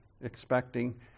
expecting